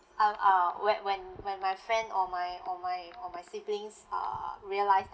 and uh whe~ when when my friend or my or my or my siblings uh realised